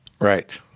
Right